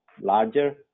larger